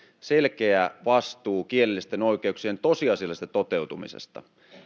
selkeä vastuu kielellisten oikeuksien tosiasiallisesta toteutumisesta